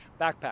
backpack